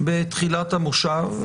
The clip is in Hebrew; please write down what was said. בתחילת המושב,